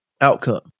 outcome